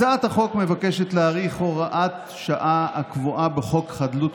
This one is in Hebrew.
הצעת החוק מבקשת להאריך הוראת שעה הקבועה בחוק חדלות